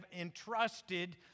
entrusted